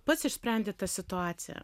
pats išsprendi tą situaciją